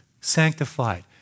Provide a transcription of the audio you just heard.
sanctified